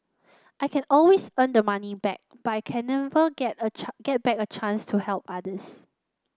I can always earn the money back but I can never get a get back a chance to help others